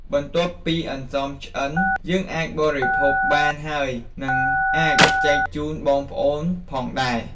បន្ទាប់ពីនំអន្សមឆ្អិន យើងអាចបរិភោគបានហើយនិងអាចចែកជូនបងប្អូនផងដែរ។